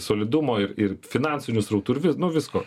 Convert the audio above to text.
solidumo ir ir finansinių srautų ir nu visko